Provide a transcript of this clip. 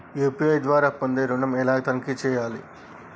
UPI ద్వారా పొందే ఋణం నేను ఎలా తనిఖీ చేయాలి?